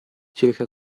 circa